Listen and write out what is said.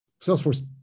Salesforce